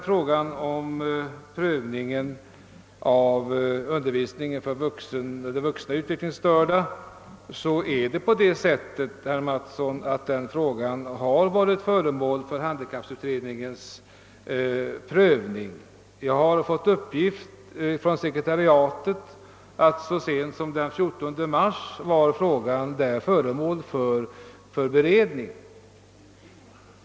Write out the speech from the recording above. Frågan om undervisningen för de vuxna utvecklingsstörda har, herr Mattsson, prövats av handikapputredningen. Jag har av utredningens sekretariat fått veta att frågan så sent som den 14 mars var föremål för beredning inom utred ningen.